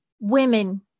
women